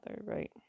right